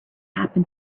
happen